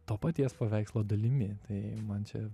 to paties paveikslo dalimi tai man čia